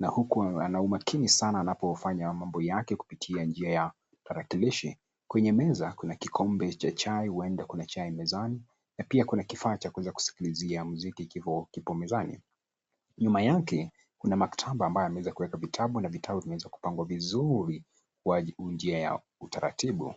na huku ana umakini sana anapofanya mambo yake kupitia njia ya tarakilishi. Kwenye meza, kuna kikombe cha chai huenda kuna chai mezani na pia kuna kifaa cha kuweza kusikilizia mziki kipo mezani, nyuma yake kuna maktaba ambayo ameweza kuweka vitabu na vitabu vimeweza kupangwa vizuri kwa njia utaratibu